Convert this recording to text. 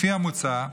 לפי המוצע,